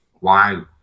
Wow